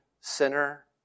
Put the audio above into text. sinner